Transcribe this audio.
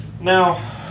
Now